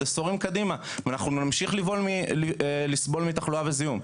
עשורים קדימה ואנחנו נמשיך לסבול מתחלואה וזיהום,